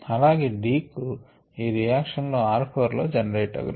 అలాగే D కు ఈ రియాక్షన్ లో r 4లో జెనరేట్ అగును